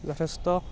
যথেষ্ট